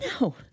No